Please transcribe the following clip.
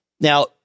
now